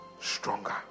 stronger